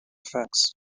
effects